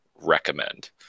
Recommend